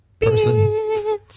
person